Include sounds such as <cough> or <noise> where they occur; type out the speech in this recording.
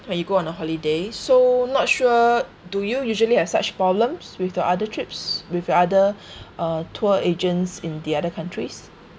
when you go on a holiday so not sure do you usually have such problems with the other trips with your other <breath> uh tour agents in the other countries